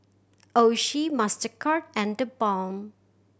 Oishi Mastercard and TheBalm